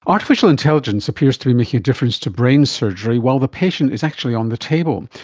artificial intelligence appears to be making a difference to brain surgery while the patient is actually on the table.